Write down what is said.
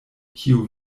kiu